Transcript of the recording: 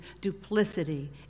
duplicity